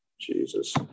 Jesus